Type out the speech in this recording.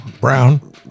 brown